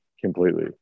completely